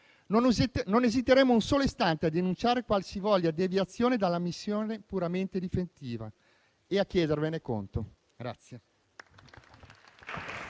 Non esiteremo un solo istante a denunciare qualsivoglia deviazione dalla missione puramente difensiva e a chiedervene conto.